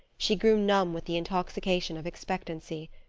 she grew numb with the intoxication of expectancy.